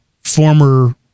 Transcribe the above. former